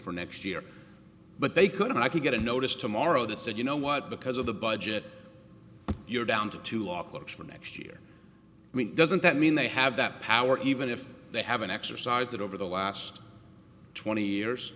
for next year but they couldn't i could get a notice tomorrow that said you know what because of the budget you're down to two lock looks for next year doesn't that mean they have that power even if they haven't exercised it over the last twenty years